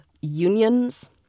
unions